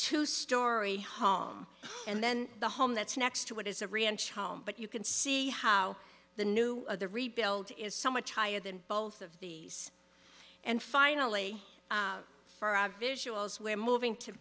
two story home and then the home that's next to it is a ranch home but you can see how the new of the rebuild is so much higher than both of these and finally visuals we're moving to